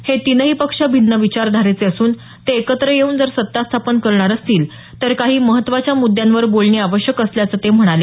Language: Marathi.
हे तिनही पक्ष भिन्न विचारधारेचे असून ते एकत्र येऊन जर सत्ता स्थापन करणार असतील तर काही महत्वाच्या मुद्यांवर बोलणी आवश्यक असल्याचं ते म्हणाले